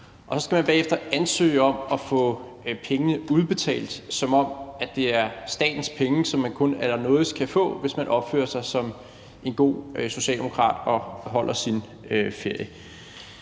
Så skal man derefter ansøge om at få pengene udbetalt, som om det er statens penge, som man kun allernådigst kan få, hvis man opfører sig som en god socialdemokrat og holder sin ferie.